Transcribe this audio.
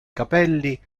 capelli